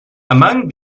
among